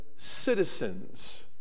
citizens